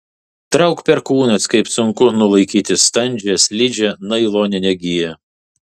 trauk perkūnas kaip sunku nulaikyti standžią slidžią nailoninę giją